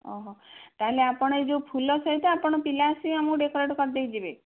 ତା' ହେଲେ ଆପଣ ଏଇ ଯେଉଁ ଫୁଲ ସହିତ ଆପଣ ପିଲା ଆସିକି ଆମକୁ ଡେକୋରେଟ୍ କରିଦେଇକି ଯିବେ